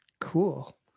Cool